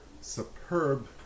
superb